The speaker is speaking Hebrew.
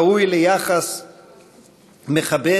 ראוי ליחס מכבד,